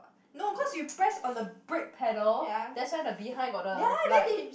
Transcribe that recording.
no cause you press on the brake pedal that's why the behind got the light